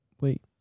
Wait